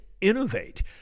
innovate